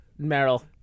Meryl